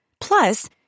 Plus